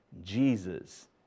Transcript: Jesus